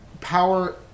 power